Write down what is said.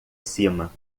cima